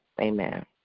Amen